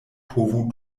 povu